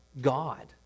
God